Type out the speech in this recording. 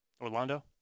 Orlando